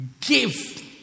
give